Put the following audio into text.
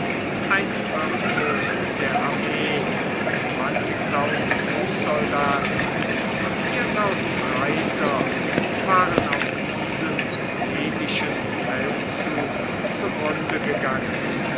ein viertel der armee fußsoldaten und reiter waren auf diesem medischen feldzug zugrunde gegangen